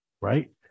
right